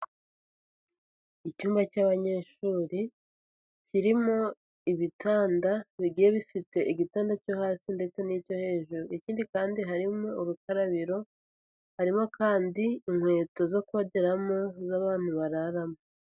Icyumba cy'abanyeshuri, kirimo ibitanda bigiye bifite igitanda cyo hasi ndetse n'icyo hejuru, ikindi kandi harimo urukarabiro, harimo kandi inkweto zo kogeramo z'abantu bararamo.